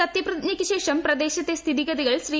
സത്യപ്രതിജ്ഞ്യ്ക്കു ശേഷം പ്രദേശത്തെ സ്ഥിതിഗതികൾ ശ്രീ